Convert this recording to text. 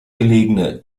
gelegene